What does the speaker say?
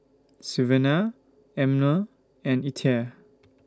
Sylvania Emmer and Ethyle